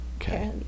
Okay